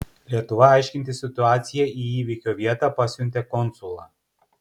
lietuva aiškintis situaciją į įvykio vietą pasiuntė konsulą